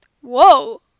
whoa